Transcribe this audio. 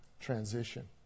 transition